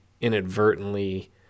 inadvertently